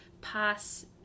pass